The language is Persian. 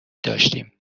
داشتیم